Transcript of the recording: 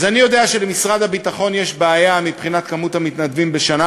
אז אני יודע שלמשרד הביטחון יש בעיה מבחינת כמות המתנדבים בשנה,